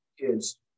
kids